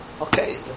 okay